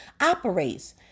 operates